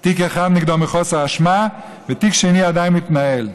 אחד נגדו מחוסר אשמה, ותיק שני עדיין מתנהל.